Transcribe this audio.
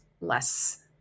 less